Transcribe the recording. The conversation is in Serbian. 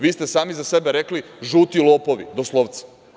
Vi ste sami za sebe rekli – žuti lopovi, doslovce.